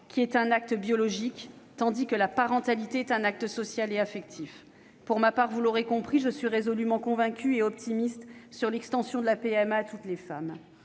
qui est un acte biologique, tandis que la parentalité est un acte social et affectif. Pour ma part, vous l'aurez compris, je suis résolument convaincue de l'intérêt d'étendre la PMA à toutes les femmes,